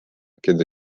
keda